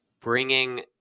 bringing